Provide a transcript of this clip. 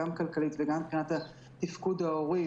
גם כלכלית וגם מבחינת תפקוד הורי,